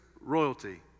royalty